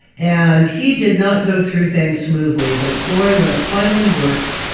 and he did not go through things smoothly, but boy, when it finally worked,